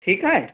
ठीकु आहे